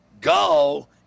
go